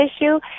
issue